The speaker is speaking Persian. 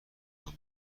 تان